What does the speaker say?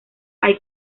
hay